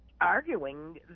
arguing